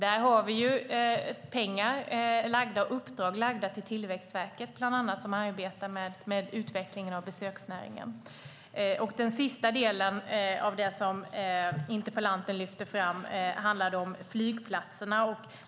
Där har vi lagt pengar och uppdrag till bland annat Tillväxtverket som arbetar med utvecklingen av besöksnäringen. Den sista delen i det som interpellanten lyfte fram handlade om flygplatserna.